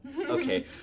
Okay